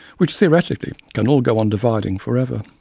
which theoretically can all go on dividing for ever.